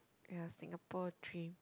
ya Singapore dream